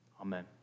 Amen